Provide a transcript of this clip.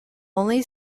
only